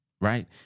right